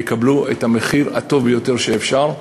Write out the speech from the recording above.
יקבלו את המחיר הטוב ביותר שאפשר.